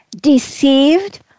deceived